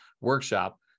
workshop